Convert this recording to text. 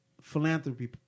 philanthropy